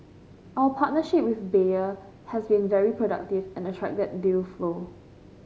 our partnership with Bayer has been very productive and attracted deal flow